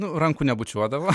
nu rankų nebučiuodavo